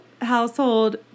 household